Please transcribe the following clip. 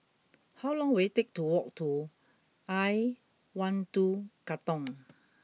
how long will it take to walk to I one two Katong